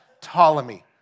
Ptolemy